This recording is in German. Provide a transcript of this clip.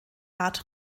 art